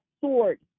sword